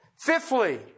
Fifthly